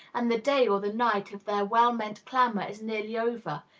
and the day or the night of their well-meant clamor is nearly over,